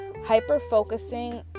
Hyper-focusing